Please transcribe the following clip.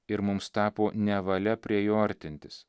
ir mums tapo nevalia prie jo artintis